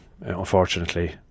Unfortunately